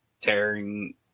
tearing